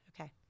Okay